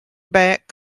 back